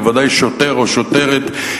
בוודאי שוטר או שוטרת,